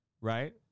right